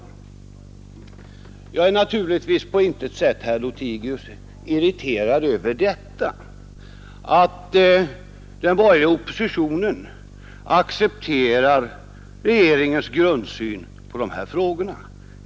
Och naturligtvis, herr Lothigius, är jag på intet sätt irriterad över att den borgerliga oppositionen accepterar regeringens grundsyn på dessa frågor.